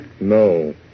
No